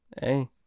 Hey